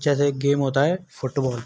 जैसे एक गेम होता है फ़ुटवॉल